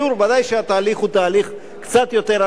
ודאי שהתהליך הוא תהליך קצת יותר ארוך,